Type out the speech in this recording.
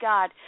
God